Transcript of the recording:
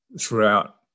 throughout